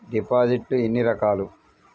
డిపాజిట్లు ఎన్ని రకాలు?